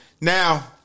Now